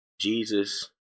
Jesus